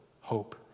hope